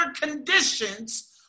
conditions